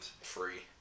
Free